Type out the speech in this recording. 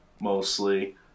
mostly